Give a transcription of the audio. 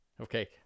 okay